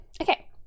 Okay